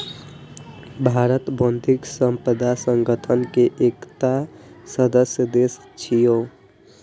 भारत बौद्धिक संपदा संगठन के एकटा सदस्य देश छियै